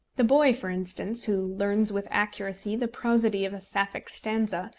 the boy, for instance, who learns with accuracy the prosody of a sapphic stanza,